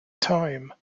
time